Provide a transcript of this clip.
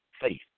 faith